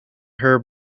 her